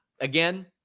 again